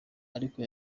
ariko